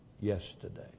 yesterday